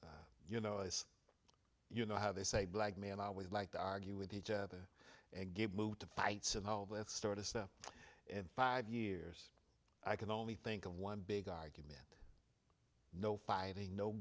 you know as you know how they say black man i would like to argue with each other and get moved to fights and all that started stuff in five years i can only think of one big argument no fighting no